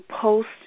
post